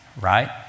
right